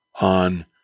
on